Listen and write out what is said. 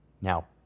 Now